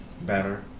better